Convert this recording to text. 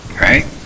Right